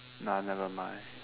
nah never mind